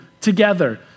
together